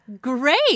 Great